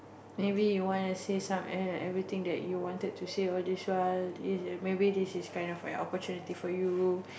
maybe you wanna say some every everything that you wanted to say all this while is maybe this is kind of an opportunity for you